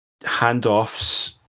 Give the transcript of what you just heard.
handoffs